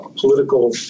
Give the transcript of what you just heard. political